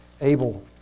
able